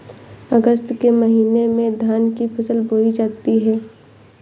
अगस्त के महीने में धान की फसल बोई जाती हैं